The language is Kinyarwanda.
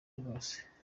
rwose